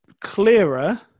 clearer